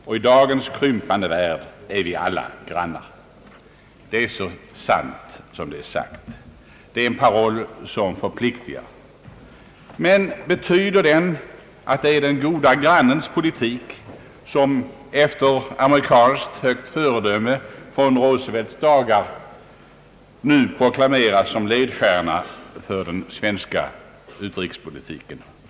Och i dagens krympande värld är vi alla grannar.» Det är så sant som det är sagt. Det är en paroll som förpliktigar. Jag vill fråga: Betyder det att den goda grannens politik, efter föredöme av amerikansk politik från Roosevelts dagar, nu proklamerats som ledstjärna för den svenska utrikespolitiken?